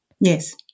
Yes